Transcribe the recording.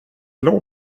blå